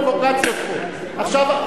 זה היה